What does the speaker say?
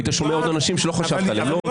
היית שומע עוד אנשים שלא חשבת עליהם.